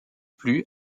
plus